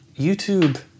YouTube